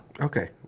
Okay